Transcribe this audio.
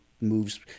moves